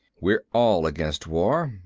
we're all against war,